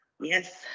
yes